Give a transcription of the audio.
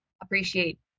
appreciate